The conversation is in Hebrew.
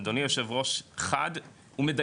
אדוני היושב ראש, חד ומדייק,